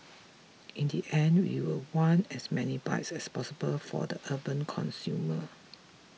in the end we will want as many bikes as possible for the urban consumer